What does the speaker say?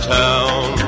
town